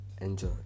Enjoy